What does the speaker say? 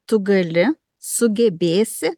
tu gali sugebėsi